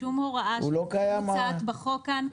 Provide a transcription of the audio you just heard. שום הוראה שמוצעת בחוק כאן לא.